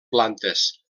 plantes